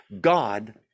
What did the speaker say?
God